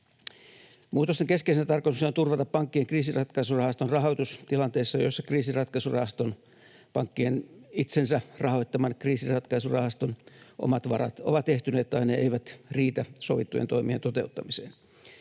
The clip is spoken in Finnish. Muutosten keskeisenä tarkoituksena on turvata pankkien kriisinratkaisurahaston rahoitus tilanteessa, jossa pankkien itsensä rahoittaman kriisinratkaisurahaston omat varat ovat ehtyneet tai ne eivät riitä sovittujen toimien toteuttamiseen.